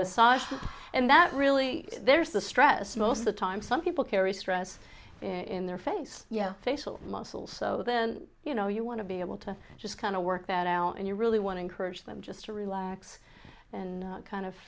soft and that really there's the stress most of the time some people carry stress in their face you know facial muscles so then you know you want to be able to just kind of work that out and you really want to encourage them just to relax and kind of